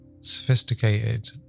sophisticated